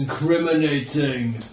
Incriminating